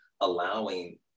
allowing